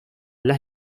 las